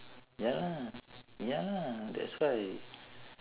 ya lah ya lah that's why